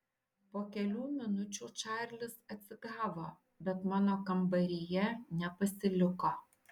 po kelių minučių čarlis atsigavo bet mano kambaryje nepasiliko